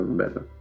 better